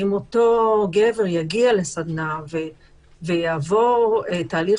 אם אותו גבר יגיע לסדנה ויעבור תהליך